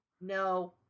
No